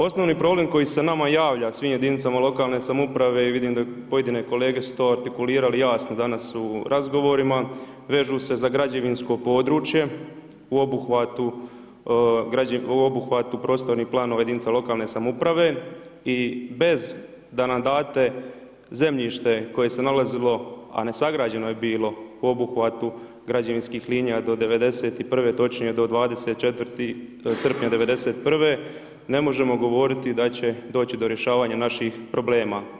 Osnovni problem koji se nama javlja, svim jedinicama lokalne samouprave i vidim pojedine kolege su to artikulirali jasno, danas u razgovorima, vežu se za građevinsko područje u obuhvatu prostornih planova jedinica lokalne samouprave i bez da nam date zemljište koje se nalazilo, a ne sagrađeno je bilo, po obuhvatu građevinskih linija do '91. točnije do 24. srpnja '91. ne možemo govoriti da će doći do rješavanja naših problema.